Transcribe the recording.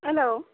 hello